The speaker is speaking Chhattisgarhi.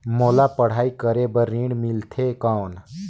मोला पढ़ाई करे बर ऋण मिलथे कौन?